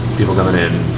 people coming in